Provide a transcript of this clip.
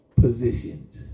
positions